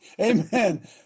Amen